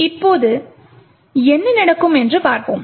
இப்போது என்ன நடக்கும் என்று பார்ப்போம்